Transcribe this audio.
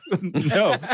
no